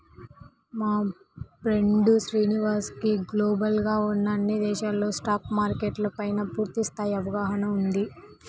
మా ఫ్రెండు శ్రీనివాస్ కి గ్లోబల్ గా ఉన్న అన్ని దేశాల స్టాక్ మార్కెట్ల పైనా పూర్తి స్థాయి అవగాహన ఉంది